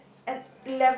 there's an an